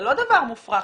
זה לא דבר מופרך,